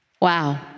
Wow